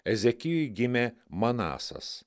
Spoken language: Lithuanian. ezekijui gimė manasas